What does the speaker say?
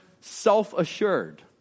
self-assured